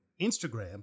Instagram